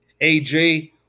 AJ